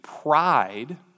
pride